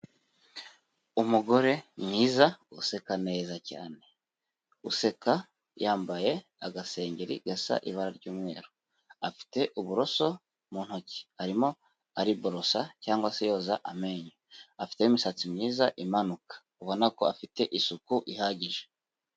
Umugore mwiza useka neza cyane, useka yambaye agasegeri gasa ibara ry'umweru, afite uburoso mu ntoki, arimo ari borosa cyangwa se yoza amenyo, afite imisatsi myiza imanuka, ubona ko afite isuku ihagije.